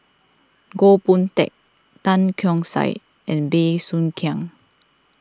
Goh Boon Teck Tan Keong Saik and Bey Soo Khiang